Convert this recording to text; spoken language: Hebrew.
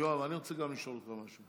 יואב, אני רוצה גם לשאול אותך משהו.